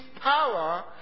power